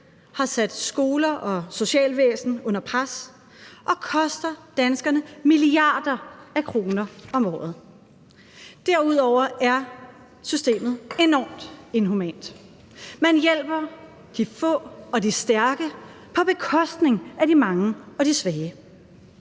har sat skoler og socialvæsen under pres og koster danskerne milliarder af kroner om året. Derudover er systemet enormt inhumant. Man hjælper de få og de stærke på bekostning af de mange og de svage.